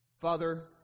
Father